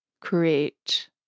create